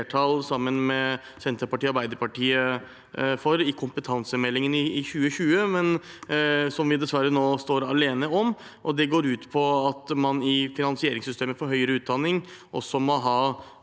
sammen med Senterpartiet og Arbeiderpartiet ved behandlingen av kompetansemeldingen i 2020, men som vi dessverre nå står alene om. Det går ut på at man i finansieringssystemet for høyere utdanning også må ha